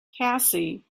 cassie